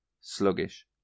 sluggish